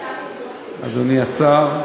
אדוני השר,